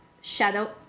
shadow